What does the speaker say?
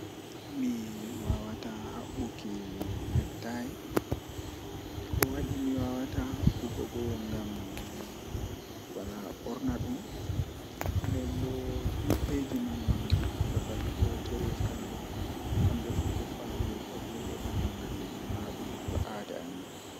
Ndikkinami mi wona haa ailan feere am ngam wawan tomi wadi sa'a mi tokki laabiiji mi munyi mi yari bone mi wawan mi hisa egaa bawo nden tomi hisi bo woodi kubaruuji duddi jei mi yeccata himbe mi hokka be habaru, Amma nganyo am tomidon wondi be maako mi wadan no o wattafu o laara o nawna mi malla o mbarami.